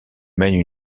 mène